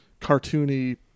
cartoony